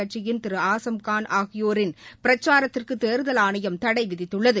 கட்சியின் திரு ஆசம்கான் ஆகியோரின் பிரச்சாரத்துக்கு தேர்தல் ஆணையம் தடை விதித்துள்ளது